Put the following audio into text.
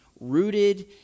rooted